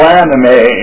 anime